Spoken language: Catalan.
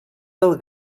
dels